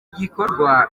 gikorwa